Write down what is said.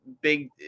big